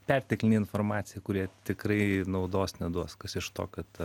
perteklinė informacija kurie tikrai naudos neduos kas iš to kad